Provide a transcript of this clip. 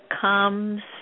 comes